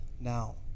now